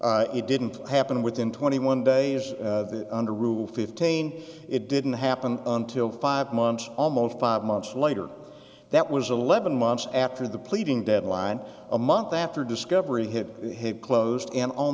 came it didn't happen within twenty one days under rule fifteen it didn't happen until five months almost five months later that was eleven months after the pleading deadline a month after discovery hit him closed and on